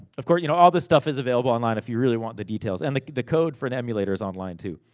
of course, you know all this stuff is available online, if you really want the details. and the the code for the emulator is online too.